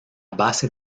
base